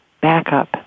backup